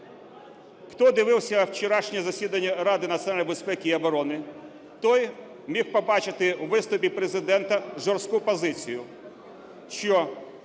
Хто дивився вчорашнє засідання Ради національної безпеки і оборони, той міг побачити у виступі Президента жорстку позицію,